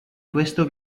questo